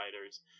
writers